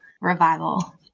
revival